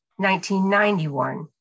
1991